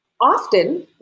often